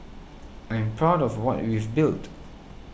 I'm proud of what we've built